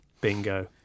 Bingo